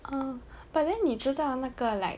um but then 你知道那个 like